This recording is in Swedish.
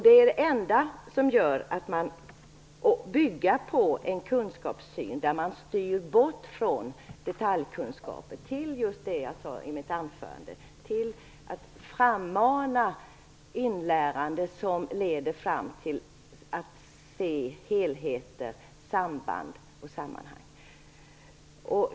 De måste också bygga på en kunskapssyn där man styr bort från detaljkunskaper till just det som jag sade i mitt anförande, till att frammana ett inlärande som leder fram till en förmåga att se helheter, samband och sammanhang.